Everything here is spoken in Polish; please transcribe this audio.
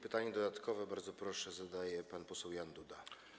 Pytanie dodatkowe, bardzo proszę, zadaje pan poseł Jan Duda.